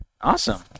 Awesome